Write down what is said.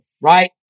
right